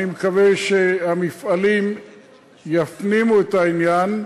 אני מקווה שהמפעלים יפנימו את העניין,